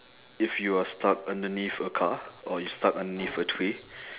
if you are stuck underneath a car or you stuck underneath a tree